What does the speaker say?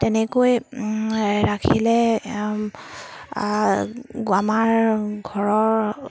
তেনেকৈ ৰাখিলে আমাৰ ঘৰৰ